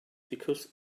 because